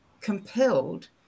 compelled